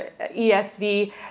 ESV